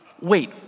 wait